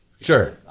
Sure